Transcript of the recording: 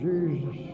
Jesus